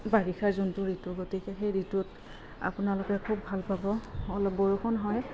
বাৰিষাৰ যোনটো ঋতু গতিকে সেই ঋতুত আপোনালোকে খুব ভাল পাব অলপ বৰষুণ হয়